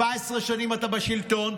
17 שנים אתה בשלטון.